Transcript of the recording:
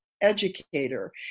educator